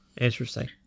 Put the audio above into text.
Interesting